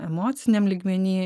emociniam lygmeny